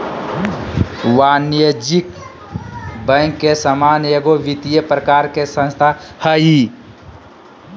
वाणिज्यिक बैंक के समान एगो वित्तिय प्रकार के संस्था हइ